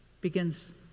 begins